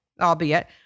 albeit